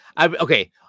Okay